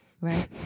right